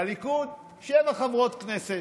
בליכוד שבע חברות כנסת,